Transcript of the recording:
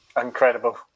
Incredible